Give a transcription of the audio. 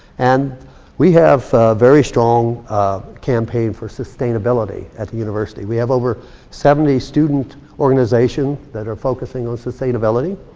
and we have very strong campaign for sustainability at the university. we have over seventy student organizations that are focusing on sustainability.